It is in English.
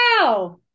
Wow